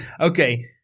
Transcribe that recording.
Okay